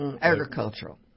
agricultural